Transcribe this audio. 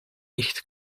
nicht